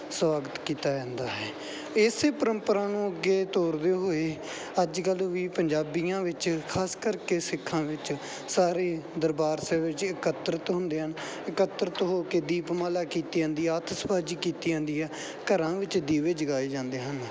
ਸਵਾਗਤ ਕੀਤਾ ਜਾਂਦਾ ਹੈ ਇਸ ਪਰੰਪਰਾ ਨੂੰ ਅੱਗੇ ਤੋਰਦੇ ਹੋਏ ਅੱਜ ਕੱਲ ਵੀ ਪੰਜਾਬੀਆਂ ਵਿੱਚ ਖਾਸ ਕਰਕੇ ਸਿੱਖਾਂ ਵਿੱਚ ਸਾਰੇ ਦਰਬਾਰ ਸਾਹਿਬ ਵਿੱਚ ਇਕੱਤ੍ਰਿਤ ਹੁੰਦੇ ਹਨ ਇਕੱਤ੍ਰਿਤ ਹੋ ਕੇ ਦੀਪਮਾਲਾ ਕੀਤੀ ਜਾਂਦੀ ਹੈ ਆਤਿਸ਼ਬਾਜ਼ੀ ਕੀਤੀ ਜਾਂਦੀ ਹੈ ਘਰਾਂ ਵਿੱਚ ਦੀਵੇ ਜਗਾਏ ਜਾਂਦੇ ਹਨ